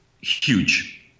huge